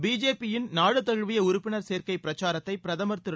பிஜேபியின் நாடுதழுவிய உறுப்பினர் சேர்க்கை பிரச்சாரத்தை பிரதமர் திரு